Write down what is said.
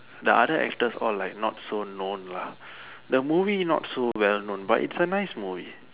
the other actors all like not so known lah the movie not so well known but it's a nice movie